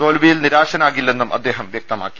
തോൽവിയിൽ നിരാശരാകില്ലെന്നും അദ്ദേഹം വ്യക്തമാക്കി